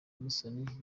musoni